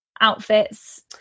outfits